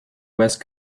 west